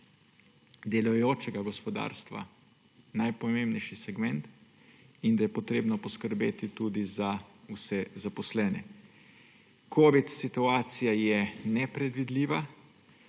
delujočega gospodarstva najpomembnejši segment in da je potrebno poskrbeti tudi za vse zaposlene. Covid situacija je nepredvidljiva.